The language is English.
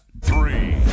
Three